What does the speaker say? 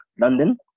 London